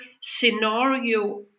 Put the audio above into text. scenario